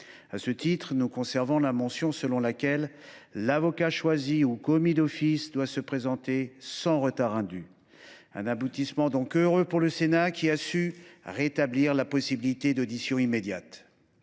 À ce titre, nous conservons la mention selon laquelle l’avocat choisi ou commis d’office doit se présenter sans retard indu. C’est là un aboutissement heureux pour le Sénat, qui a su rétablir la possibilité d’une audition immédiate.